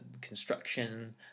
construction